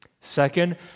Second